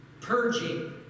purging